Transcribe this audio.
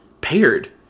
paired